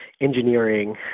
engineering